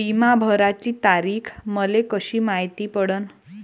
बिमा भराची तारीख मले कशी मायती पडन?